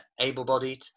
able-bodied